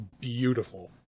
beautiful